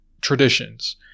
traditions